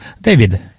David